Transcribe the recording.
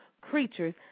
creatures